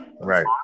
right